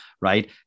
right